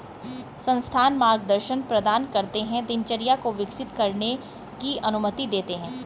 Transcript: संस्थान मार्गदर्शन प्रदान करते है दिनचर्या को विकसित करने की अनुमति देते है